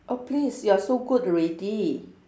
oh please you are so good already